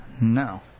No